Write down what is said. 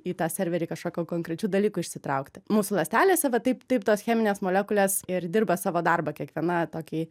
į tą serverį kažkokio konkrečių dalykų išsitraukti mūsų ląstelėse va taip taip tos cheminės molekulės ir dirba savo darbą kiekviena tokį